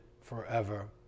forever